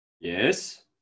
Yes